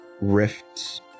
rifts